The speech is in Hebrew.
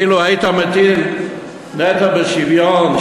אילו היית מטיל נטל בשוויון,